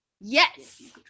Yes